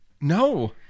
No